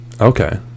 okay